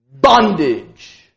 bondage